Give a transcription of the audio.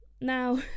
now